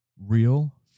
Real